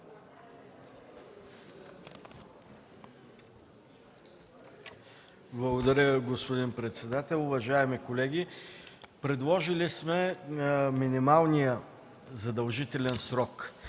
Благодаря, господин председател. Уважаеми колеги, предложили сме минималният задължителен срок